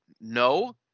no